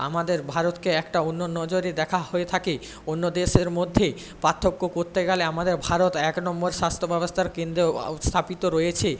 আমাদের ভারতকে একটা অন্য নজরে দেখা হয়ে থাকে অন্য দেশের মধ্যে পার্থক্য করতে গেলে আমাদের ভারত এক নম্বর স্বাস্থ্য ব্যবস্থার কেন্দ্রে স্থাপিত রয়েছে